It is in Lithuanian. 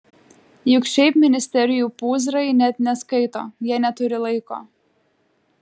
juk šiaip ministerijų pūzrai net neskaito jie neturi laiko